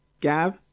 Gav